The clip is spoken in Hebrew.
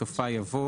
בסופה יבוא